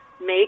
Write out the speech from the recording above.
make